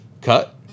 cut